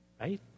right